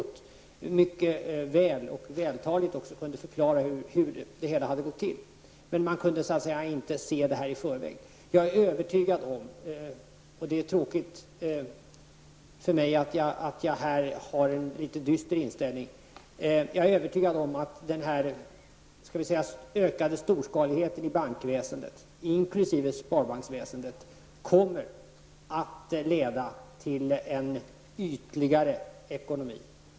Man kunde mycket väl och vältaligt förklara hur det hela gått till efteråt, men man kunde inte se det i förväg. Jag är övertygad om -- det är tråkigt att jag måste ha en litet dyster inställning -- att den ökade storskaligheten i bankväsendet, inkl. sparbanksväsendet, kommer att leda till en ytligare ekonomi.